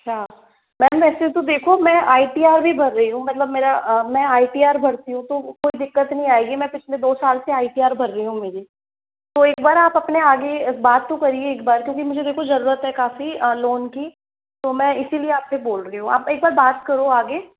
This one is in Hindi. अच्छा मैम वैसे तो देखो मैं आई टी आर भी भर रही हूँ मतलब मेरा मैं आई टी आर भरती हूँ तो कोई दिकक्त नहीं आएगी मैं पिछले दो साल से आई टी आर भर रही हूँ मेरी तो एक बार आप अपने आगे बात तो करिए एक बार क्योंकि मुझे देखो ज़रूरत है काफ़ी लौन की तो मैं इसीलिए आप से बोल रही हूँ आप एक बार बात करो आगे